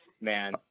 man